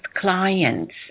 clients